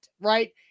right